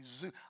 zoo